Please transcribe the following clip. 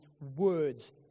words